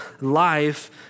life